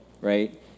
right